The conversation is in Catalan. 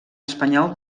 espanyol